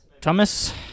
thomas